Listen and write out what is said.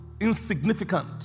insignificant